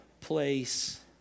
place